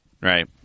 right